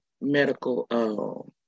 medical